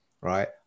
Right